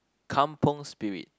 kampung spirit